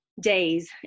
days